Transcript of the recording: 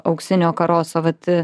auksinio karoso vat